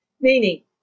Meaning